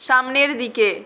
সামনের দিকে